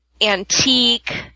antique